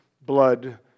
blood